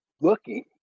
looking